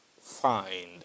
find